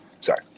Sorry